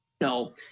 No